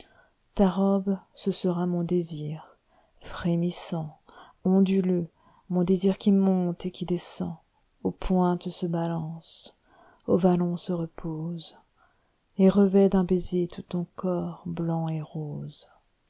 ta robe ce sera mon désir frémissant onduleux mon désir qui monte et qui descend aux pointes se balance aux vallons se repose et revêt d'un baiser tout ton corps blanc et rose